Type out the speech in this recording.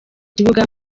kibuga